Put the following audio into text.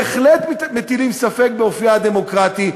בהחלט מטילים ספק באופייה הדמוקרטי,